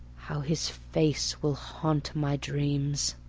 how his face will haunt my dreams!